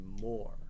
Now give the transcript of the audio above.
more